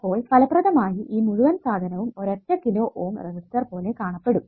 അപ്പോൾ ഫലപ്രദമായി ഈ മുഴുവൻ സാധനവും ഒരൊറ്റ 6 കിലോ Ω റെസിസ്റ്റർ പോലെ കാണപ്പെടും